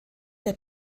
der